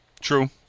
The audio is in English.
True